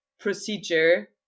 procedure